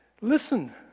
Listen